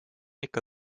ikka